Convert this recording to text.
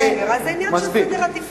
אז זה עניין של סדר עדיפויות.